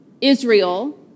Israel